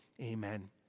Amen